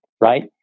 right